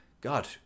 God